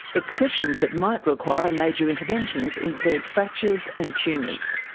exceptions that might require major interventions include fractures and tumours.